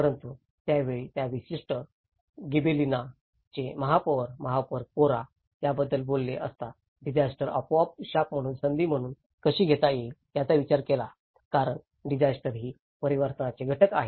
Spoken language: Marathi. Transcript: परंतु त्यावेळी त्या विशिष्ट गीबेलिनाचे महापौर महापौर कोरा याबद्दल बोलले असता डिजास्टर आपोआप शाप म्हणून संधी म्हणून कशी घेता येईल याचा विचार केला कारण डिजास्टर ही परिवर्तनाचे घटक आहेत